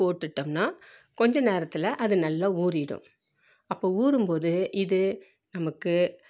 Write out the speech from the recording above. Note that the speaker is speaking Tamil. போட்டுட்டோம்னா கொஞ்ச நேரத்தில் அது நல்லா ஊறிடும் அப்போது ஊறும் போது இது நமக்கு